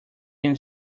can